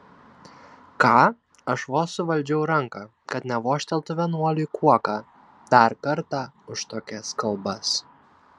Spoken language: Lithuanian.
ką aš vos suvaldžiau ranką kad nevožteltų vienuoliui kuoka dar kartą už tokias kalbas